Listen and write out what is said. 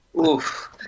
Oof